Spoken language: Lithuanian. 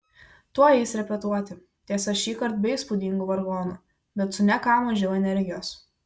tuoj eis repetuoti tiesa šįkart be įspūdingų vargonų bet su ne ką mažiau energijos